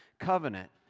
Covenant